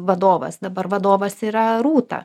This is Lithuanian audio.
vadovas dabar vadovas yra rūta